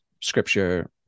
scripture